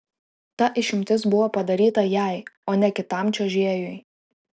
ta išimtis buvo padaryta jai o ne kitam čiuožėjui